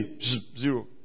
Zero